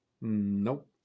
Nope